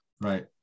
right